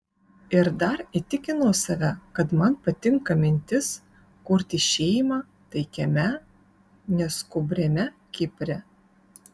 ir dar įtikinau save kad man patinka mintis kurti šeimą taikiame neskubriame kipre